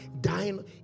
dying